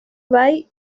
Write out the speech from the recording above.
bay